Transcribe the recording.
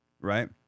Right